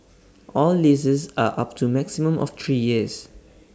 all leases are up to maximum of three years